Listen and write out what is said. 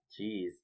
jeez